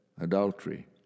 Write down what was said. adultery